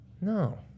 No